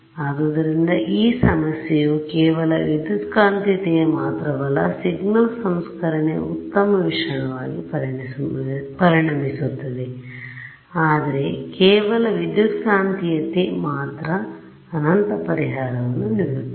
ಆದ್ದರಿಂದ ಈ ಸಮಸ್ಯೆಯು ಕೇವಲ ವಿದ್ಯುತ್ಕಾಂತೀಯತೆಯ ಮಾತ್ರವಲ್ಲ ಸಿಗ್ನಲ್ ಸಂಸ್ಕರಣೆಯ ಉತ್ತಮ ಮಿಶ್ರಣವಾಗಿ ಪರಿಣಮಿಸುತ್ತದೆ ಆದರೆ ಕೇವಲ ವಿದ್ಯುತ್ಕಾಂತೀಯತೆ ಮಾತ್ರ ಅನಂತ ಪರಿಹಾರವನ್ನು ನೀಡುತ್ತದೆ